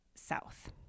south